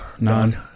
none